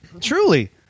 Truly